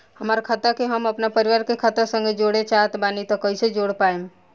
हमार खाता के हम अपना परिवार के खाता संगे जोड़े चाहत बानी त कईसे जोड़ पाएम?